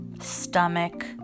stomach